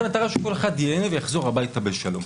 המטרה היא שכל אחד ייהנה ויחזור הביתה בשלום.